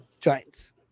Giants